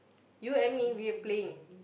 you and me we are playing